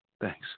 Thanks